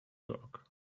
dog